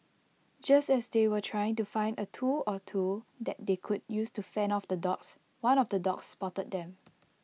just as they were trying to find A tool or two that they could use to fend off the dogs one of the dogs spotted them